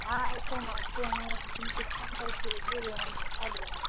हाँ यह तो मानते हैं लेकिन कुछ कम करके दे देना दिखा देना